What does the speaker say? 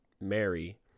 Mary